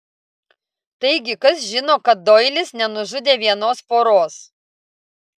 taigi kas žino kad doilis nenužudė vienos poros